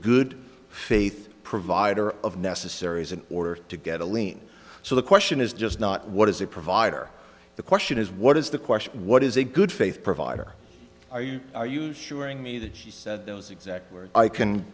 good faith provider of necessaries in order to get a lien so the question is just not what is a provider the question is what is the question what is a good faith provider are you are you sure and me that he said those exact words i can